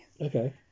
Okay